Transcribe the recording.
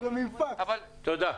תודה.